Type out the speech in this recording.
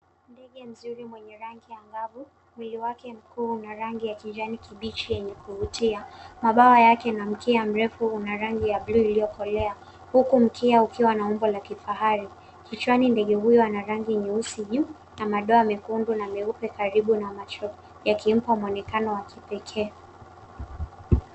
Ndege mzuri mwenye rangi ya angavu. Mwili wake mkuu na rangi ya kijani kibichi yenye kuvutia. Mabawa yake na mkia mrefu una rangi ya bluu iliyokolea huku mkia ukiwa na umbo la kifahari. Kichwani ndege huyo ana rangi nyeusi juu na madoa mekundu na meupe karibu na macho yakimpa mwonekano wa kipekee.